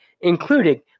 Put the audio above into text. including